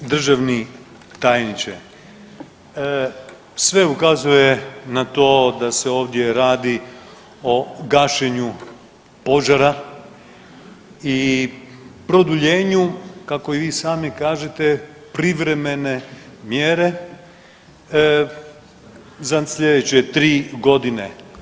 Državni tajniče, sve ukazuje na to da se ovdje radi o gašenju požara i produljenu kako i vi sami kažete privremene mjere za slijedeće 3 godine.